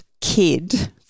kid-